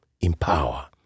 empower